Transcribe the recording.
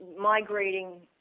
migrating